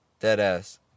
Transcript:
Deadass